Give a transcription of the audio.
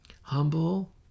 humble